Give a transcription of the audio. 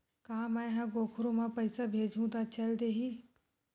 का मै ह कोखरो म पईसा भेजहु त चल देही?